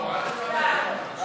לוועדת החינוך,